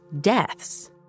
deaths